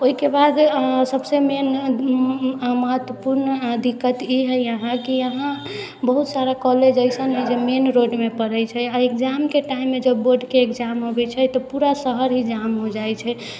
ओहिके बाद सभसँ मेन महत्वपूर्ण दिक्कत ई हइ यहाँ कि यहाँ बहुत सारा कॉलेज अइसन हइ जे मेन रोडमे पड़ै छै इग्ज़ैमके टाइममे जब बोर्डके इग्ज़ैम अबै छै तऽ पूरा शहर ही जाम हो जाइ छै